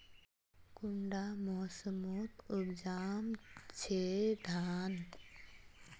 कुंडा मोसमोत उपजाम छै धान?